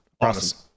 Awesome